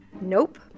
Nope